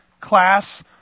class